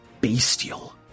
bestial